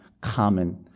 common